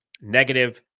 Negative